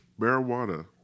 marijuana